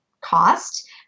cost